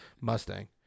mustang